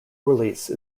release